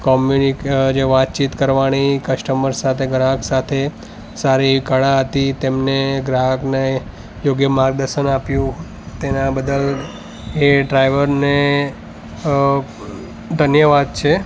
કમ્યુનિક જે વાતચીત કરવાની કસ્ટમર સાથે ગ્રાહક સાથે સારી એવી કળા હતી તેમણે ગ્રાહકને યોગ્ય માર્ગદર્શન આપ્યું તેના બદલ એ ડ્રાઈવરને અ ધન્યવાદ છે